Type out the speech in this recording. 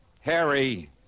Harry